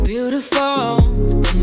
Beautiful